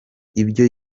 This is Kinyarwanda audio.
ibyo